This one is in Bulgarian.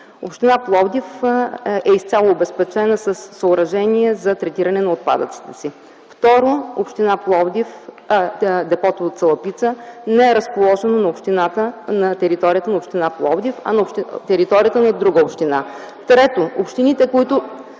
Община Пловдив е изцяло обезпечена със съоръжения за третиране на отпадъците си. Второ, депото в Цалапица не е разположено на територията на община Пловдив, а на територията на друга община. (Реплики от